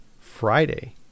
Friday